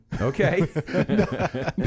Okay